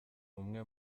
umwe